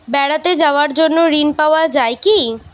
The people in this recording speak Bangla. বেড়াতে যাওয়ার জন্য ঋণ পাওয়া যায় কি?